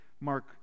Mark